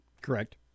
Correct